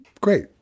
great